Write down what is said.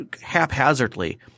haphazardly